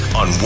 on